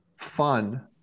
fun